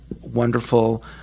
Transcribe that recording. wonderful